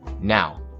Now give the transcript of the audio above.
Now